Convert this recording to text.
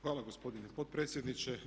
Hvala gospodine potpredsjedniče.